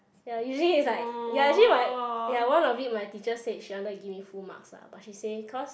ya usually is like ya usually my ya one of lit my teacher said she wanted to give me full marks lah but she say cause